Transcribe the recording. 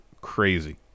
crazy